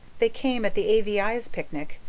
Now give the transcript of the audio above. they came at the a v i s. picnic,